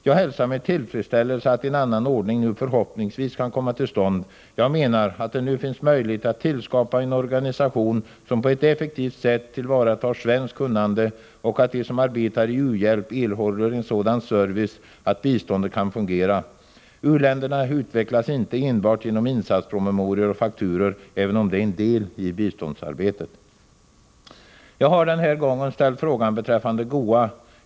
Jag hälsar med tillfredsställelse att en annan ordning nu förhoppningsvis kan komma till stånd. Jag menar att det nu finns möjlighet att skapa en organisation som på ett effektivt sätt tillvaratar svenskt kunnande och att de som arbetar i u-land skall erhålla en sådan service att biståndet kan fungera. U-länderna utvecklas inte enbart genom promemorior och fakturor, även om dessa är en del i biståndsarbetet. Jag har den här gången ställt frågor beträffande GOA.